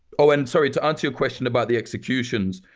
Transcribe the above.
oh, and sorry to answer your question about the executions,